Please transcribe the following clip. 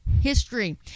history